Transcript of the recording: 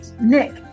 Nick